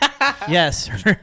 Yes